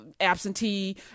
absentee